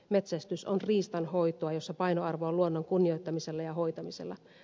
metsästys on riistanhoitoa jossa painoarvo on luonnon kunnioittamisella ja hoitamisella